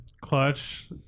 clutch